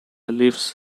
leaves